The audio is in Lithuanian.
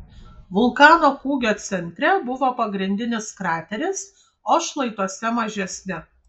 vulkano kūgio centre buvo pagrindinis krateris o šlaituose mažesni